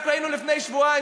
ראינו רק לפני שבוע,